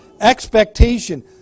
expectation